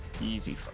Easy